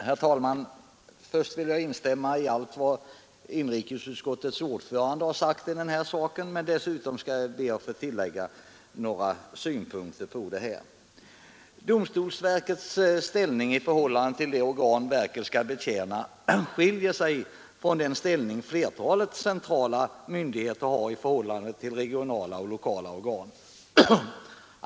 Herr talman! Först vill jag instämma i allt vad inrikesutskottets ordförande har sagt i den här frågan, men dessutom skall jag be att få tillägga några synpunkter. Domstolsverkets ställning i förhållande till de organ verket skall betjäna skiljer sig från den ställning flertalet centrala myndigheter har i förhållande till regionala och lokala organ.